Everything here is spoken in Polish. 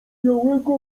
białego